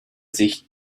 sich